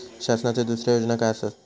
शासनाचो दुसरे योजना काय आसतत?